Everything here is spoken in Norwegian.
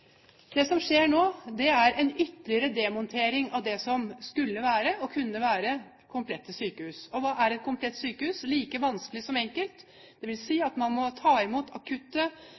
Det som skjer nå, er en ytterligere demontering av det som skulle og kunne være komplette sykehus. Hva er et komplett sykehus? Like vanskelig som enkelt, dvs. at man må kunne ta imot akutte